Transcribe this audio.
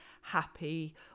happy